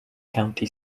county